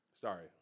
Sorry